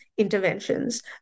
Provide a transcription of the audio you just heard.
interventions